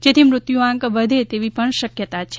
જેથી મૃત્યુ આંક વધે તેવી પણ શક્યતા છે